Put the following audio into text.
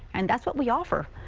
and that's what we offer.